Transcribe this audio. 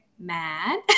mad